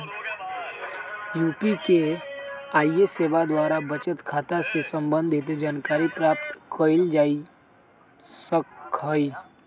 UPI सेवा द्वारा बचत खता से संबंधित जानकारी प्राप्त कएल जा सकहइ